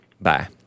Bye